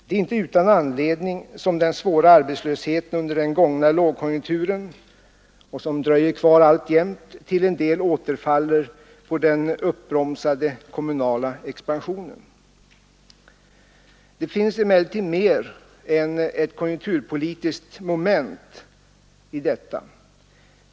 Det är inte utan anledning som den svåra arbetslösheten under =- den gångna lågkonjunkturen — en arbetslöshet som dröjer kvar alltjämt — till en del återfaller på den uppbromsade kommunala expansionen. Det finns emellertid mer än ett konjunkturpolitiskt moment i detta.